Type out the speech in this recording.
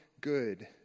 good